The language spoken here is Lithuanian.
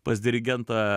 pas dirigentą